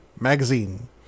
Magazine